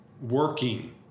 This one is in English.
working